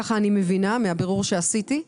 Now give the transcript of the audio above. ככה אני מבינה מהבירור שעשיתי.